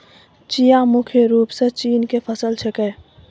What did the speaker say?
चिया मुख्य रूप सॅ चीन के फसल छेकै